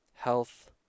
Health